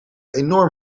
enorm